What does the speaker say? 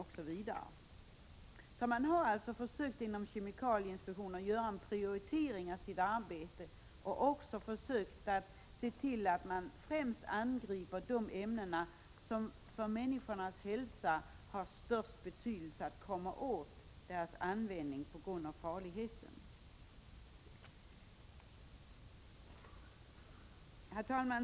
Kemikalieinspektionen har alltså försökt prioritera sitt arbete så att man främst ingriper mot användningen av sådana ämnen som är farliga för människors hälsa. Herr talman!